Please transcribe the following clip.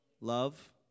Love